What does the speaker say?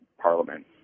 parliament